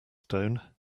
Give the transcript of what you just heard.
stone